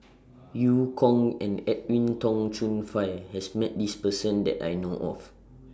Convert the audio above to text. EU Kong and Edwin Tong Chun Fai has Met This Person that I know of